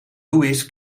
louis